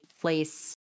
place